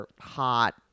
hot